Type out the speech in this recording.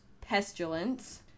pestilence